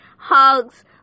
hugs